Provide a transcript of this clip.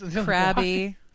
Crabby